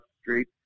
street